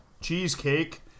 cheesecake